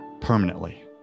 permanently